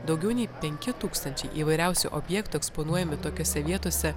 daugiau nei penki tūkstančiai įvairiausių objektų eksponuojami tokiose vietose